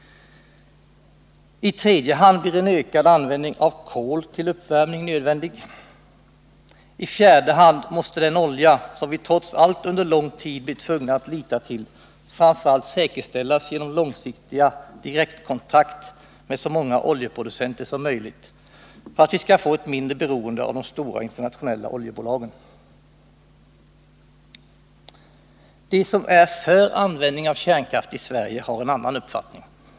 I tredje hand blir en ökad användning av kol till uppvärmning nödvändig. I fjärde hand måste tillgången på den olja som vi trots allt under lång tid blir tvungna att lita till framför allt säkerställas genom långsiktiga direktkontrakt med så många oljeproducenter som möjligt för att vi skall få ett mindre beroende av de stora, internationella oljebolagen. De som är för användning av kärnkraft i Sverige har en annan uppfattning.